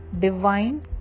Divine